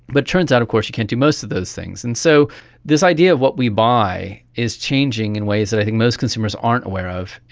but it turns out of course you can't do most of those things. and so this idea of what we buy is changing in ways that i think most consumers aren't aware of.